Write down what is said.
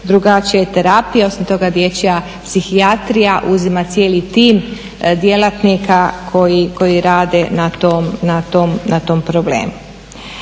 drugačija je terapija, osim toga dječja psihijatrija uzima cijeli tim djelatnika koji rade na tom problemu.